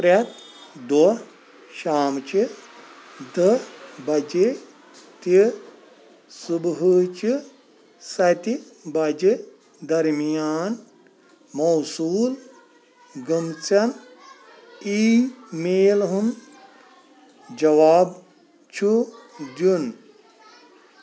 پرٮ۪تھ دۄہ شامچِہ دہ بجے تہٕ صبحٲچِہ سَتِہ بجہِ درمیان موصوٗل گَٔمژ ای میلن ہُند جواب چھُ دِیُن